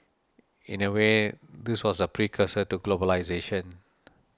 in a way this was the precursor to globalisation